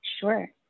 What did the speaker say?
Sure